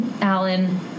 Alan